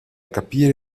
capire